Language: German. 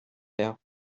her